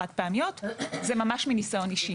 זה ממש מניסיון אישי.